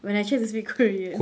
when I try to speak korean